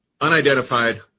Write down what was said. Unidentified